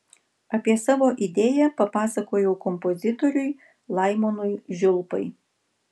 apie savo idėją papasakojau kompozitoriui laimonui žiulpai